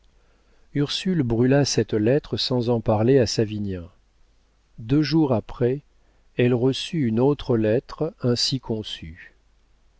ursule brûla cette lettre sans en parler à savinien deux jours après elle reçut une autre lettre ainsi conçue